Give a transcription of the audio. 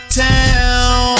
town